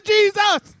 Jesus